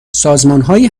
سازمانهایی